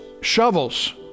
shovels